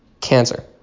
cancer